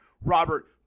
Robert